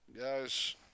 guys